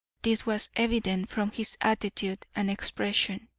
this was evident from his attitude and expression.